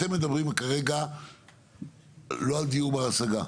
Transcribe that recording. אתם מדברים כרגע לא על דיור בר השגה.